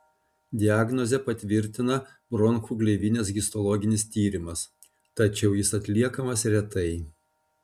diagnozę patvirtina bronchų gleivinės histologinis tyrimas tačiau jis atliekamas retai